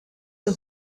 the